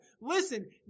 Listen